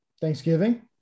Thanksgiving